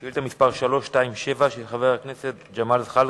שאילתא מס' 327, של חבר הכנסת ג'מאל זחאלקה,